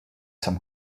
some